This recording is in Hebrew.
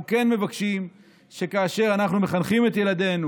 אנחנו כן מבקשים שכאשר אנחנו מחנכים את ילדינו